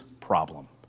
problem